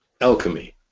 Alchemy